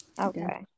Okay